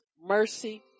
mercy